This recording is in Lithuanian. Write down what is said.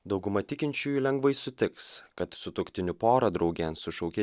dauguma tikinčiųjų lengvai sutiks kad sutuoktinių porą draugėn sušaukė